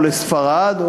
או לספרד,